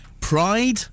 Pride